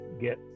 get